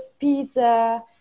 pizza